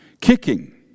kicking